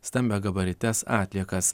stambiagabarites atliekas